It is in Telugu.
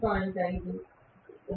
5 2 2